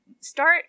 start